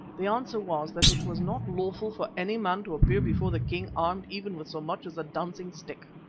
the answer was that it was not lawful for any man to appear before the king armed even with so much as a dancing-stick.